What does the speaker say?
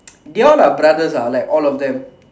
they all are brothers ah like all of them